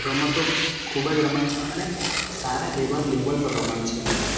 રમતો ખૂબ જ રમાય છે અને સારા એવાં લેવલ પર રમાય છે